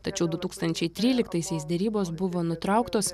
tačiau du tūkstančiai tryliktaisiais derybos buvo nutrauktos